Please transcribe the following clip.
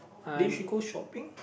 then you should go shopping